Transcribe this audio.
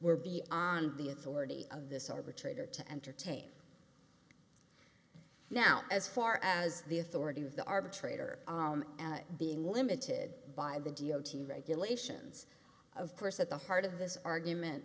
we're beyond the authority of this arbitrator to entertain now as far as the authority of the arbitrator being limited by the d o t regulations of course at the heart of this argument